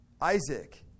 Isaac